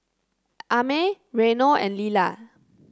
Amey Reino and Lilah